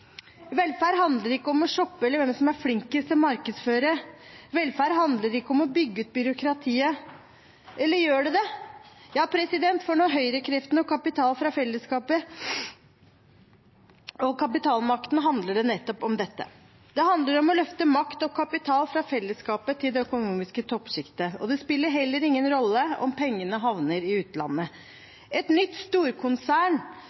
Velferd handler ikke om å shoppe eller om hvem som er flinkest til å markedsføre. Velferd handler ikke om å bygge ut byråkratiet – eller gjør det det? For Høyre og kapitalmakten handler det om nettopp dette. Det handler om å løfte makt og kapital fra fellesskapet til det økonomiske toppsjiktet. Det spiller heller ingen rolle om pengene havner i